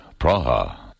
Praha